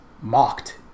mocked